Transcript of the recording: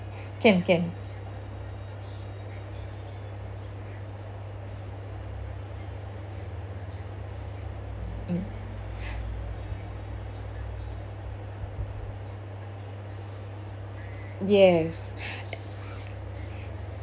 can can yes